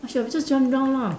I should have just jumped down lah